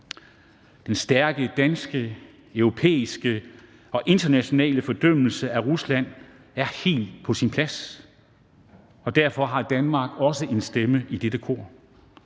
Den stærke danske, europæiske og internationale fordømmelse af Rusland er helt på sin plads. Derfor har Danmark også en stemme i dette kor.